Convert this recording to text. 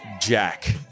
Jack